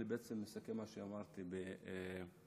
וזה בעצם מסכם מה שאמרתי בעברית.